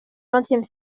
vingtième